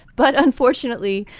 but unfortunately,